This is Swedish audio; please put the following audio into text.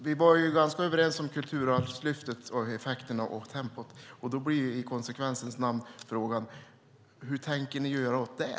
Vi var ganska överens om Kulturarvslyftet, effekterna och tempot, och då blir i konsekvensens namn frågan: Vad tänker ni göra åt det?